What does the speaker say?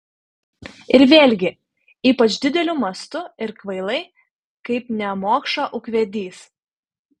ir vėlgi ypač dideliu mastu ir kvailai kaip nemokša ūkvedys